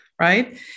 right